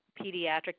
pediatric